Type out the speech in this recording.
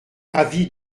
avis